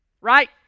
Right